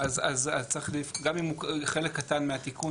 גם אם הוא חלק קטן מהתיקון,